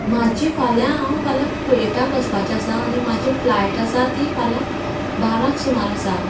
म्हाजी फाल्यां हांव फाल्यां कुवेताक वचपाचें आसा आनी म्हाजी फ्लायट आसा ती फाल्यां बारांक सुमार आसा